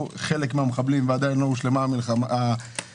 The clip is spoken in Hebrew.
חלק מהמחבלים ועדיין לא הושלמה תפיסתם.